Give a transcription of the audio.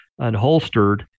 unholstered